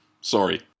Sorry